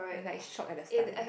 I got a shock at the start ya